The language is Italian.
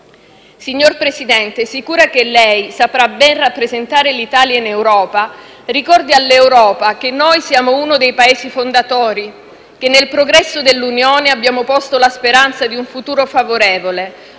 Signor Presidente del Consiglio, sicura che lei saprà ben rappresentare l'Italia in Europa, ricordi all'Europa che noi siamo uno dei Paesi fondatori e che nel progresso dell'Unione abbiamo posto la speranza di un futuro favorevole,